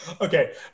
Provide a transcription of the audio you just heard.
Okay